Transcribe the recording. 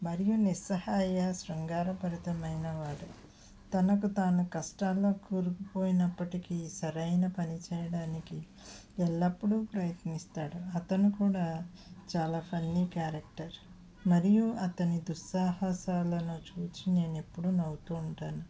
మరియు నిస్సహాయ శృంగార పరితమైనవాడు తనకు తాను కష్టాల్లో కూరుకుపోయినప్పటికీ సరైన పని చేయడానికి ఎల్లప్పుడూ ప్రయత్నిస్తాడు అతను కూడా చాలా ఫన్నీ క్యారెక్టర్ మరియు అతని దుస్సాహసనాలు చూసి నేను ఎప్పుడూ నవ్వుతూ ఉంటాను